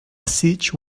siege